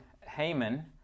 Haman